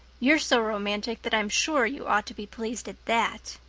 you're so romantic that i'm sure you ought to be pleased at that.